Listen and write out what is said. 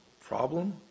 problem